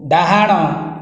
ଡାହାଣ